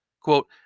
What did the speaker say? quote